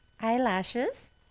eyelashes